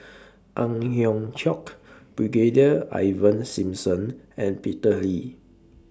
Ang Hiong Chiok Brigadier Ivan Simson and Peter Lee